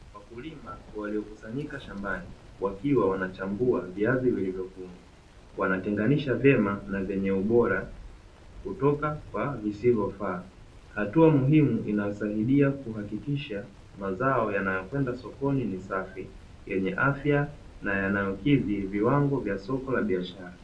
Wakulima waliokusanyika shambani, wakiwa wanachambua viazi vilivyovunwa. Wanatenganisha vyema na vyenye ubora kutoka kwa visivofaa. Hatua muhimu inayosaidia kuhakikisha mazao yanayokwenda sokoni ni safi, yenye afya na yanayokidhi viwango vya soko la biashara.